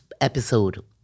episode